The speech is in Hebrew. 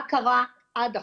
מה קרה עד עכשיו?